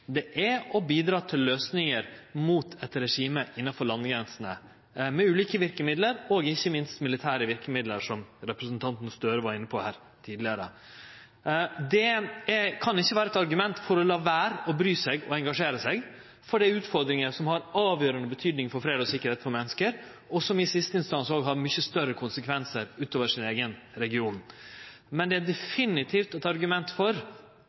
det er å bidra til løysingar mot eit regime innanfor landegrensene – med ulike verkemiddel og ikkje minst med militære verkemiddel, som representanten Gahr Støre var inne på tidlegare. Det kan ikkje vere eit argument for å late vere å bry seg og engasjere seg i dei utfordringane som har avgjerande betyding for fred og sikkerheit for menneske, og som i siste instans òg har mykje større konsekvensar utover regionen. Men det er definitivt eit argument for